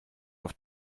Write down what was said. auf